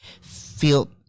feel